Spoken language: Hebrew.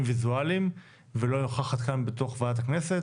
ויזואליים ולא נוכחת כאן בתוך ועדת הכנסת.